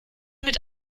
mit